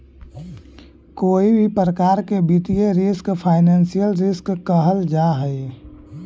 कोई भी प्रकार के वित्तीय रिस्क फाइनेंशियल रिस्क कहल जा हई